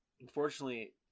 unfortunately